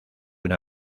una